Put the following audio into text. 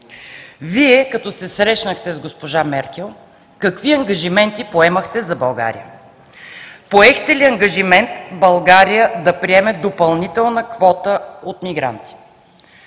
Вие, като се срещнахте с госпожа Меркел, какви ангажименти поемахте за България? Поехте ли ангажимент България да приеме допълнителна квота от мигранти?